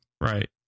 Right